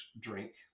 drink